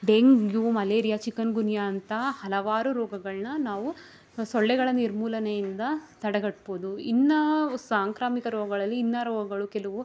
dengue malaria chikungunya ಅಂತಹ ಹಲವಾರು ರೋಗಗಳನ್ನ ನಾವು ಸೊಳ್ಳೆಗಳ ನಿರ್ಮೂಲನೆಯಿಂದ ತಡೆಗಟ್ಬೋದು ಇನ್ನು ಸಾಂಕ್ರಾಮಿಕ ರೋಗಗಳಲ್ಲಿ ಇನ್ನು ರೋಗಗಳು ಕೆಲವು